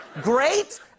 Great